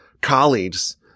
colleagues